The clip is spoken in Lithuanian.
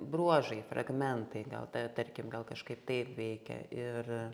bruožai fragmentai gal ta tarkim gal kažkaip taip veikia ir